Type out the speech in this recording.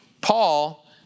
Paul